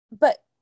But-